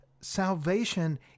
Salvation